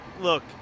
look